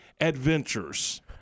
adventures